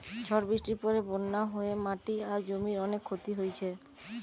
ঝড় বৃষ্টির পরে বন্যা হয়ে মাটি আর জমির অনেক ক্ষতি হইছে